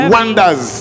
Wonders